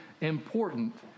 important